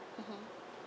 mmhmm